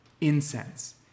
Incense